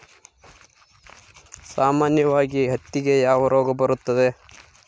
ಸಾಮಾನ್ಯವಾಗಿ ಹತ್ತಿಗೆ ಯಾವ ರೋಗ ಬರುತ್ತದೆ?